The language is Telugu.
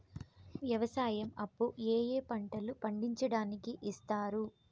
వ్యవసాయం అప్పు ఏ ఏ పంటలు పండించడానికి ఇస్తారు?